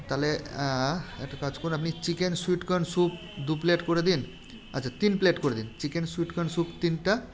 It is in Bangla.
তাহলে একটা কাজ করুন আপনি চিকেন সুউট কর্ন স্যুপ দু প্লেট করে দিন আচ্ছা তিন প্লেট করে দিন চিকেন সুইট কর্ন স্যুপ তিনটা